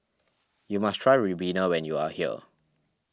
you must try Ribena when you are here